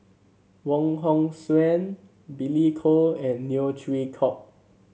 Wong Hong Suen Billy Koh and Neo Chwee Kok